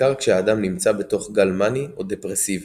בעיקר כשהאדם נמצא בתוך גל מאני או דפרסיבי.